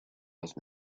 los